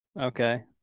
Okay